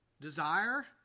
desire